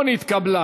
לא נתקבלה.